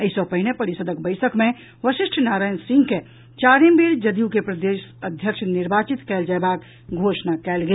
एहि सँ पहिने परिषदक बैसक मे वशिष्ठ नारायण सिंह के चारिम बेर जदयू के प्रदेश अध्यक्ष निर्वाचित कयल जयबाक घोषणा कयल गेल